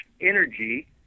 energy